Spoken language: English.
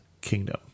kingdom